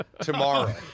Tomorrow